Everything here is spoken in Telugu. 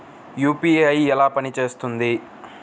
యూ.పీ.ఐ ఎలా పనిచేస్తుంది?